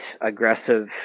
aggressive